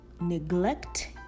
neglect